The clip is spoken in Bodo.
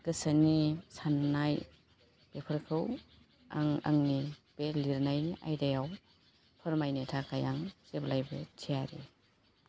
गोसोनि सान्नाय बेफोरखौ आं आंनि बे लिरनायनि आयदायाव फोरमायनो थाखाय आं जेब्लायबो थियारि